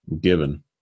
given